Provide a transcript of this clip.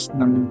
ng